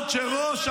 חבר הכנסת פורר.